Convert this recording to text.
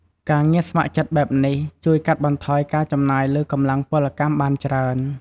ការងារស្ម័គ្រចិត្តបែបនេះ ជួយកាត់បន្ថយការចំណាយលើកម្លាំងពលកម្មបានច្រើន។